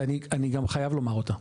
ואני גם חייב לומר אותה,